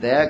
th